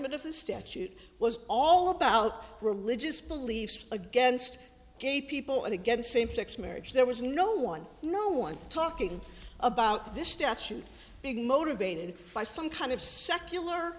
announcement of the statute was all about religious beliefs against gay people and against same sex marriage there was no one no one talking about this statute big motivated by some kind of secular